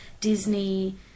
Disney